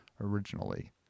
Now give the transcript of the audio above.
originally